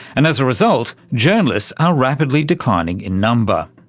and, as a result, journalists are rapidly declining in number.